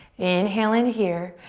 inhale in here.